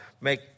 make